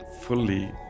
fully